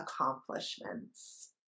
accomplishments